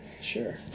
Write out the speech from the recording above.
Sure